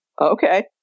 okay